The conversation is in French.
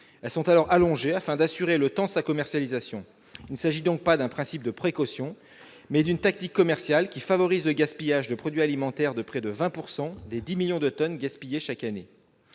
Elles sont alors allongées afin d'assurer le temps de sa commercialisation. Il s'agit donc non pas d'un principe de précaution, mais d'une tactique commerciale qui favorise le gaspillage de produits alimentaires- cela représente près de 20 % des dix millions de tonnes gaspillées chaque année.